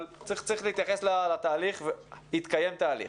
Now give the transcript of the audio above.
אבל צריך להתייחס לתהליך והתקיים תהליך.